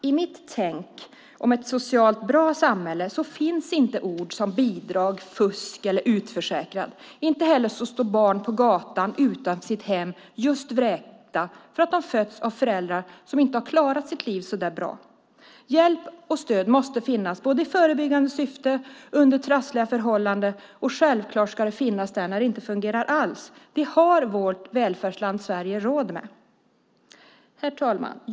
I mitt tänk om ett socialt bra samhälle finns inte ord som bidrag, fusk eller utförsäkrad. Inte heller står barn på gatan utanför sitt hem, just vräkta för att de fötts av föräldrar som inte har klarat sitt liv så bra. Hjälp och stöd måste finnas både i förebyggande syfte och under trassliga förhållanden. Självklart ska det finnas där när det inte fungerar alls. Det har vårt välfärdsland Sverige råd med. Herr talman!